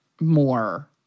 more